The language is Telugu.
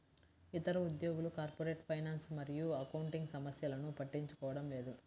ఇతర ఉద్యోగులు కార్పొరేట్ ఫైనాన్స్ మరియు అకౌంటింగ్ సమస్యలను పట్టించుకోవడం లేదు